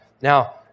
Now